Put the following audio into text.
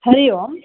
हरिः ओम्